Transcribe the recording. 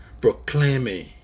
proclaiming